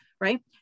right